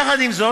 יחד עם זאת,